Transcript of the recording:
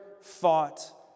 fought